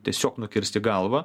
tiesiog nukirsti galvą